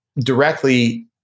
directly